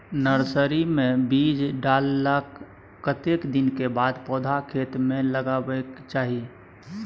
Nursery मे बीज डाललाक कतेक दिन के बाद पौधा खेत मे लगाबैक चाही?